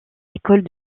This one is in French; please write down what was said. écoles